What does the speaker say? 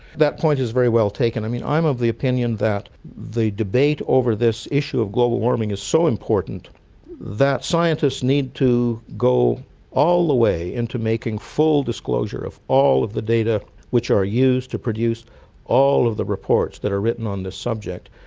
that point is very well taken. i'm i'm of the opinion that the debate over this issue of global warming is so important that scientists need to go all the way into making full disclosure of all of the data which are used to produce all of the reports that are written on this subject.